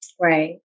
Right